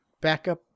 backup